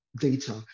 data